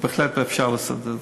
בהחלט אפשר לעשות את זה.